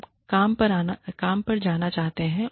हम काम पर जाना चाहते हैं